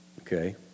Okay